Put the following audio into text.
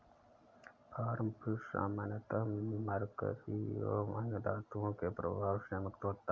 farm fish सामान्यतः mercury एवं अन्य धातुओं के प्रभाव से मुक्त होता है